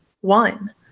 one